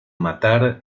matar